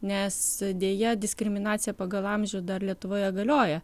nes deja diskriminacija pagal amžių dar lietuvoje galioja